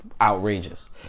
outrageous